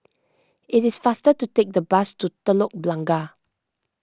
it is faster to take the bus to Telok Blangah